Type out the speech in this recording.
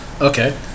Okay